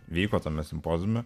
vyko tame simpoziume